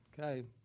okay